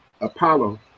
Apollo